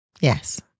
Yes